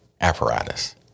apparatus